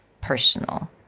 personal